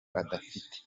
adafite